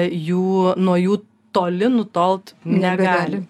jų nuo jų toli nutolt negali